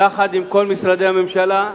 יחד עם כל משרדי הממשלה,